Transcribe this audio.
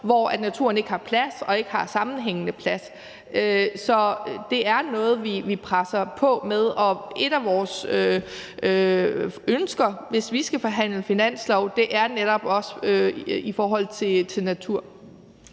hvor naturen ikke har plads og ikke har sammenhængende plads. Så det er noget, vi presser på for, og et af vores ønsker, hvis vi skal forhandle finanslov, er netop også i forhold til natur.